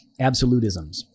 absolutisms